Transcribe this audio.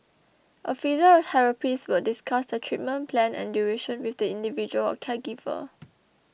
a physiotherapist would discuss the treatment plan and duration with the individual or caregiver